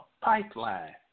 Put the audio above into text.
pipeline